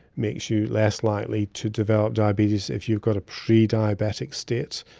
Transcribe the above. makes you less likely to develop diabetes if you've got a pre-diabetic state.